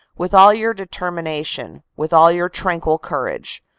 with all your determination, with all your tranquil courage.